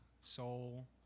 soul